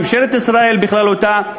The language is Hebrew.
ממשלת ישראל בכללותה,